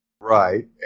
Right